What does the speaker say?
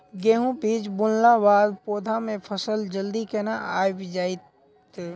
गेंहूँ बीज बुनला बाद पौधा मे फसल जल्दी केना आबि जाइत?